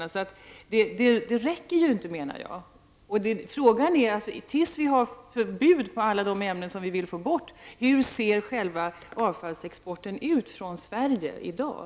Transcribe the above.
Jag menar att den inte räcker. Frågan är alltså hur den svenska avfallsexporten ser ut fram till dess att vi får ett förbud mot alla de ämnen som vi vill ha bort.